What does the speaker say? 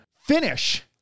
finish